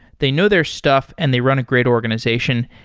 they know their stuff and they run a great organization.